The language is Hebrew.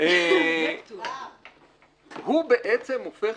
האיש הטוב